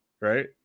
right